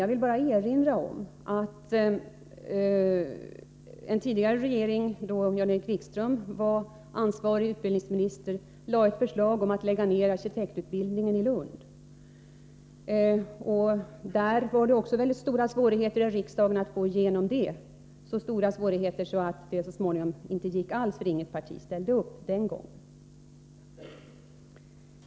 Jag vill bara erinra om att en tidigare regering, då Jan-Erik Wikström var ansvarig utbildningsminister, presenterade ett förslag om att arkitektutbildningen i Lund skulle läggas ner. Det uppstod stora svårigheter när man skulle försöka få igenom förslaget i riksdagen — så stora att det till slut inte gick alls, eftersom inget parti ställde upp den gången.